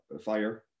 Fire